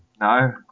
No